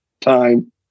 time